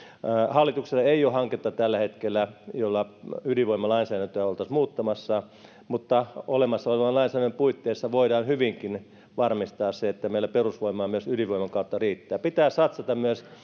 hallituksella ei ole tällä hetkellä hanketta jolla ydinvoimalainsäädäntöä oltaisiin muuttamassa mutta olemassa olevan lainsäädännön puitteissa voidaan hyvinkin varmistaa se että meillä riittää perusvoimaa myös ydinvoiman kautta pitää satsata myös